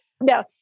No